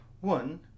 One